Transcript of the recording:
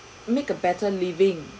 make a better living